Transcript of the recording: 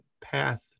path